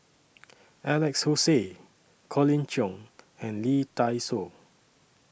Alex Josey Colin Cheong and Lee Dai Soh